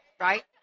right